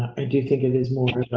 i do think it is more of.